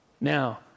Now